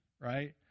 right